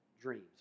dreams